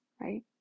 right